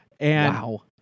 Wow